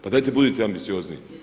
Pa dajte budite ambiciozniji.